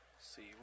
See